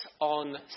on